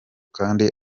kandi